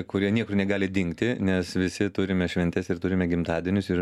kurie niekur negali dingti nes visi turime šventes ir turime gimtadienius ir